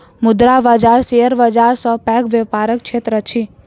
मुद्रा बाजार शेयर बाजार सॅ पैघ व्यापारक क्षेत्र अछि